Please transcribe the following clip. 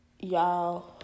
y'all